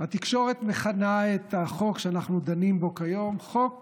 התקשורת מכנה את החוק שאנחנו דנים בו היום "חוק